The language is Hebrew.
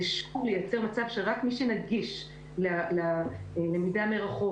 זה שוב ייצר מצב שרק מי שנגיש ללמידה מרחוק